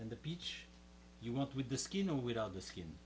than the peach you want with the skin or without the skin